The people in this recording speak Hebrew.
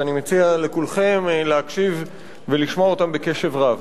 ואני מציע לכולכם להקשיב ולשמוע אותן בקשב רב.